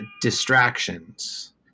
distractions